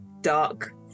dark